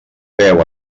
beu